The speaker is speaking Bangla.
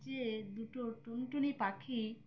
যে দুটো টুনটুনি পাখি